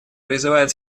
призывает